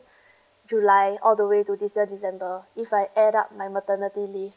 july all the way to this year december if I add up my maternity leave